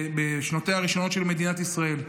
בשנותיה הראשונות של מדינת ישראל.